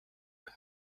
and